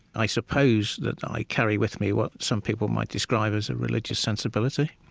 i suppose that i carry with me what some people might describe as a religious sensibility